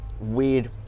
weird